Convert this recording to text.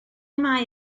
mae